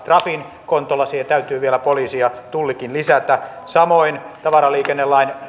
trafin kontolla siihen täytyy vielä poliisi ja tullikin lisätä samoin tavaraliikennelain